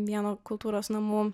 vieno kultūros namų